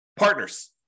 Partners